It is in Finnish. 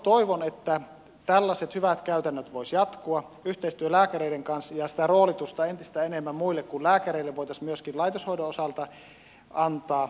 toivon että tällaiset hyvät käytännöt voisivat jatkua yhteistyö lääkäreiden kanssa ja sitä roolitusta entistä enemmän muille kuin lääkäreille voitaisiin myöskin laitoshoidon osalta antaa